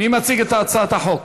מי מציג את הצעת החוק?